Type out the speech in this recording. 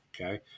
Okay